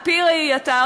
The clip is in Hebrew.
על-פי ראייתה.